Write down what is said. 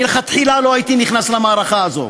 מלכתחילה לא הייתי נכנס למערכה הזאת.